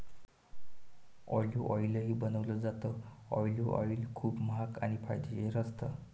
olive ऑईलही बनवलं जातं, ऑलिव्ह ऑईल खूप महाग आणि फायदेशीरही असतं